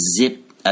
zip